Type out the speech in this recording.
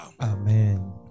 amen